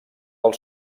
del